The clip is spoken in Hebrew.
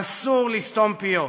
אסור לסתום פיות.